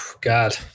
God